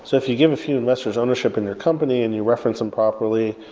so if you give a few investors ownership in their company and you reference them properly,